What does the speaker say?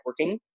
networking